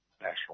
National